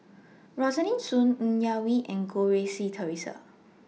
Rosaline Soon Ng Yak Whee and Goh Rui Si Theresa